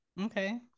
Okay